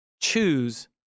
choose